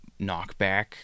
knockback